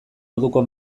orduko